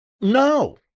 No